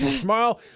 tomorrow